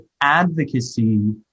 advocacy